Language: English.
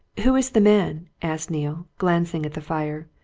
who is the man? asked neale, glancing at the fire,